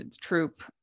troop